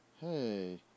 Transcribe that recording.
Hey